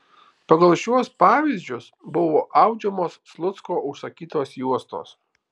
pagal šiuos pavyzdžius buvo audžiamos slucko užsakytos juostos